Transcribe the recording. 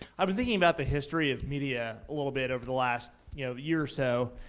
i've been thinking about the history of media a little bit over the last you know year or so.